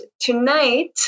tonight